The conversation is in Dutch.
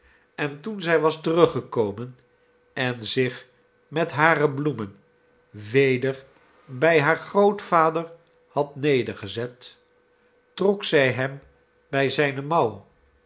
en toen zij was teruggekomen en zich met hare bloemen weder bij haar grootvader had nedergezet trok zij hem bij zijne mouw